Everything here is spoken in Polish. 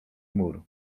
mur